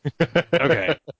Okay